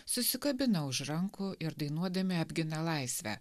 susikabina už rankų ir dainuodami apgina laisvę